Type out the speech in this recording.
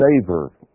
savor